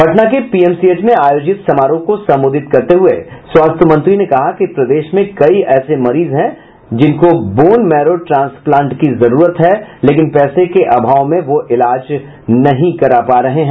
पटना के पीएमसीएच में आयोजित समारोह को संबोधित करते हुये स्वास्थ्य मंत्री ने कहा कि प्रदेश में कई ऐसे मरीज हैं जिनको बोन मैरो ट्रांसप्लांट की जरूरत हैं लेकिन पैसे के अभाव में वह इलाज नहीं करा पा रहे हैं